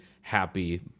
happy